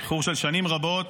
איחור של שנים רבות,